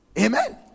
Amen